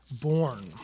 born